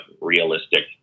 realistic